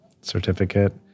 certificate